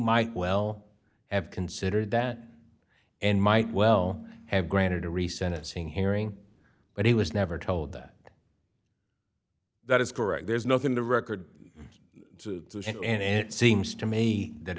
might well have considered that and might well have granted a recent seeing hearing but he was never told that that is correct there's nothing to record and it seems to me that